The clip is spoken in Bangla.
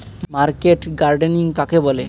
মার্কেট গার্ডেনিং কাকে বলে?